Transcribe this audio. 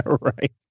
Right